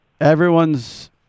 Everyone's